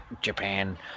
Japan